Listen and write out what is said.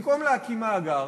במקום להקים מאגר,